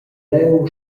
leu